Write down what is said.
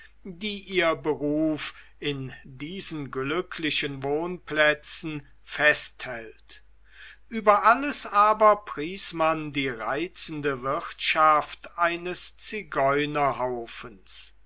die ihr beruf in diesen glücklichen wohnplätzen festhält über alles aber pries man die reizende wirtschaft eines